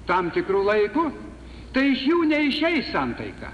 tam tikru laiku tai iš jų neišeis santaika